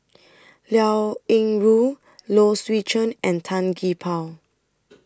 Liao Yingru Low Swee Chen and Tan Gee Paw